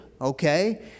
Okay